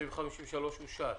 סעיף 53 אושר.